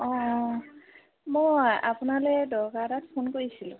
অঁ মই আপোনালৈ দৰকাৰ এটাত ফোন কৰিছিলোঁ